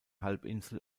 halbinsel